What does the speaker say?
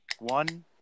one